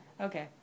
Okay